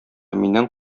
миннән